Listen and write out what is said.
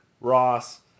Ross